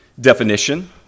definition